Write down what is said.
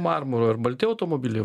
marmuro ar balti automobiliai